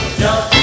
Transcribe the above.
jump